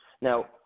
Now